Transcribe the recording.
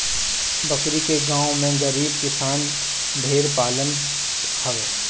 बकरी के गांव में गरीब किसान ढेर पालत हवे